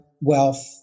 wealth